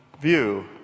view